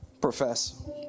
profess